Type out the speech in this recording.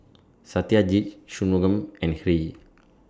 Satyajit Shunmugam and Hri